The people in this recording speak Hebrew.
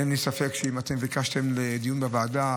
אין לי ספק שאם ביקשתם דיון בוועדה,